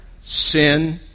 sin